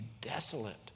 desolate